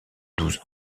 douze